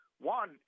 One